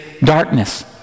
darkness